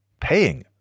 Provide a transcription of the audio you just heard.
paying